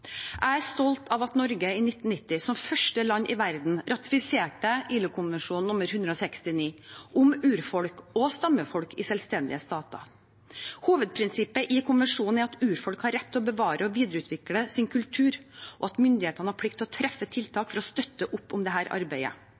Jeg er stolt av at Norge i 1990, som første land i verden, ratifiserte ILO-konvensjon nr. 169 om urfolk og stammefolk i selvstendige stater. Hovedprinsippet i konvensjonen er at urfolk har rett til å bevare og videreutvikle sin egen kultur, og at myndighetene har plikt til å treffe tiltak for å støtte opp om dette arbeidet. Det